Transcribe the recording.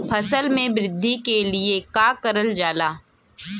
फसल मे वृद्धि के लिए का करल जाला?